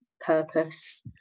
purpose